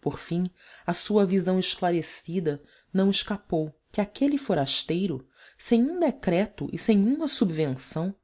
por fim à sua visão esclarecida não escapou que aquele forasteiro sem um decreto e sem uma subvenção